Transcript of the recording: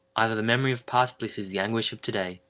either the memory of past bliss is the anguish of to-day,